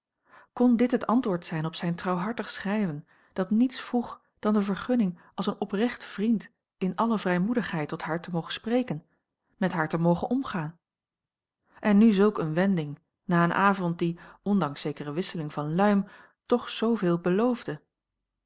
kon dit het antwoord zijn op zijn trouwhartig schrijven dat niets vroeg dan de vergunning als een oprecht vriend in alle vrijmoedigheid tot haar te mogen spreken met haar te mogen omgaan en nu zulk eene wending na een avond die ondanks zekere wisseling van luim toch zooveel beloofde